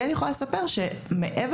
מעבר